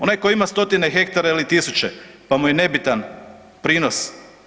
Onaj tko ima stotine hektara ili tisuće pa mu je nebitan prinos.